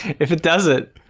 if it does it